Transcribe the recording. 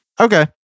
Okay